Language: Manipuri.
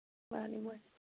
ꯃꯥꯅꯤ ꯃꯥꯅꯤ